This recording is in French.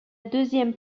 deuxième